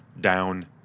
down